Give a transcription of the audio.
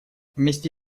вместе